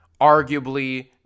Arguably